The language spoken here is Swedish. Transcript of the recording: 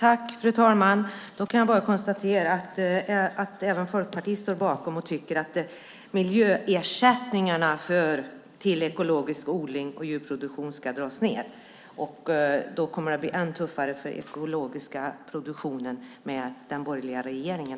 Fru ålderspresident! Jag kan bara konstatera att även Folkpartiet står bakom detta och tycker att miljöersättningarna till ekologisk odling och djurproduktion ska dras ned. Då kommer det att bli än tuffare för den ekologiska produktionen med den borgerliga regeringen.